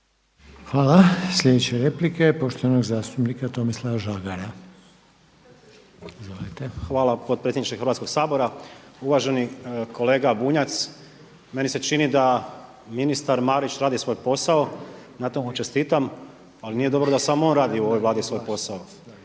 Hvala. Sljedeća replika je poštovanog zastupnika Tomislava Žagara. **Žagar, Tomislav (Nezavisni)** Hala potpredsjedniče Hrvatskog sabora. Uvaženi kolega Bunjac, meni se čini da ministar Marić radi svoj posao, na tomu mu čestitam. Ali nije dobro da samo on radi u ovoj Vladi svoj posao.